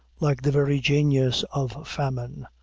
like the very genius of famine,